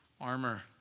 armor